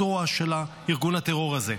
זרוע של ארגון הטרור הזה.